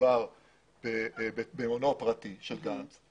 מדובר במעונו הפרטי של גנץ.